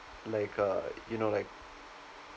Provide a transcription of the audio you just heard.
like uh you know like